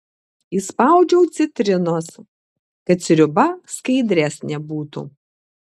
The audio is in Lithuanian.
įspaudžiu citrinos kad sriuba skaidresnė būtų